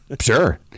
Sure